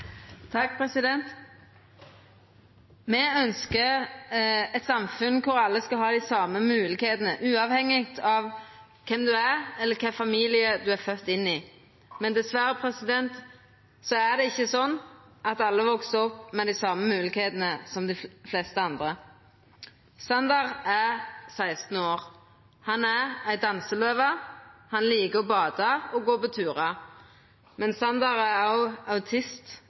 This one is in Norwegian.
Me ønskjer eit samfunn der alle skal ha dei same moglegheitene, uavhengig av kven du er, eller kva familie du er fødd inn i. Men dessverre er det ikkje slik at alle veks opp med dei same moglegheitene som dei fleste andre. Sander er 16 år. Han er ei danseløve. Han likar å bada og gå på turar. Men Sander er òg autist